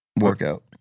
Workout